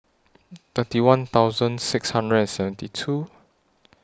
thirty one thousand six hundred and seventy two